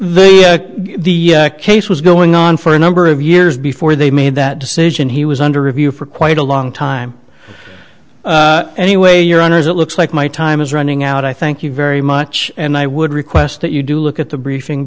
time the case was going on for a number of years before they made that decision he was under review for quite a long time anyway your honors it looks like my time is running out i thank you very much and i would request that you do look at the briefing